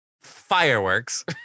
fireworks